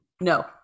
No